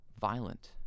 violent